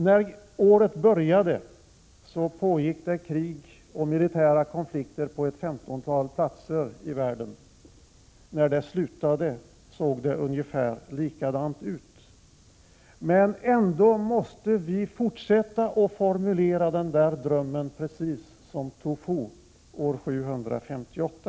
När året började pågick det krig och militära konflikter på ett 15-tal platser i världen. När året slutade såg det ungefär likadant ut. Ändå måste vi fortsätta att formulera drömmen precis som Tu Fu år 758.